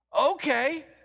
okay